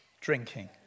drinking